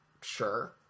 Sure